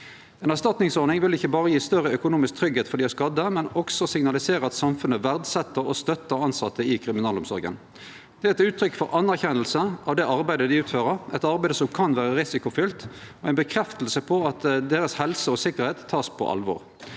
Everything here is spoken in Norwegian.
Ei erstatningsordning vil ikkje berre gje større økonomisk tryggleik for dei skadde, men også signalisere at samfunnet verdset og støttar tilsette i kriminalomsorga. Det er eit utrykk for anerkjenning av det arbeidet dei utfører, eit arbeid som kan vere risikofylt, og ei bekrefting av at ein tek helsa og tryggleiken deira på alvor.